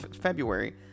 February